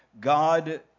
God